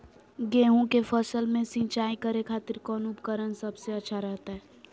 गेहूं के फसल में सिंचाई करे खातिर कौन उपकरण सबसे अच्छा रहतय?